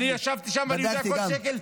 אני ישבתי ואני יודע כל שקל -- בדקתי גם.